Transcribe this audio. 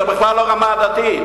זה בכלל לא רמה עדתית.